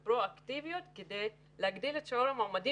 ועלה כאן בדיון באמת שאז התמריץ למעסיק להשיב אותם